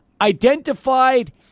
identified